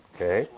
Okay